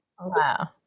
Wow